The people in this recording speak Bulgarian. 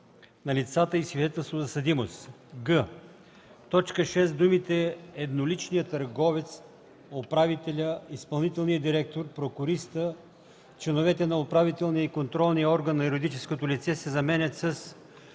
на лицата и свидетелство за съдимост;” г) в т. 6 думите „едноличния търговец, управителя, изпълнителния директор, прокуриста, членовете на управителния и контролния орган на юридическото лице” се заменят с